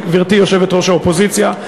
גברתי יושבת-ראש האופוזיציה,